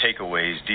takeaways